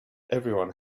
everyone